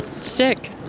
Sick